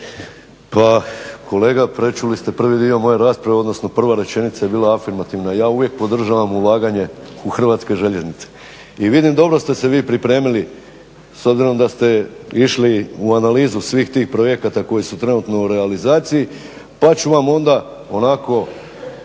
Pa kolega prečuli ste prvi dio moje rasprave odnosno prva rečenica je bila afirmativna. Ja uvijek podržavam ulaganje u Hrvatske željeznice i vidim dobro ste se vi pripremili s obzirom da ste išli u analizu svih tih projekata koji su trenutno u realizaciji pa ću vam onda onako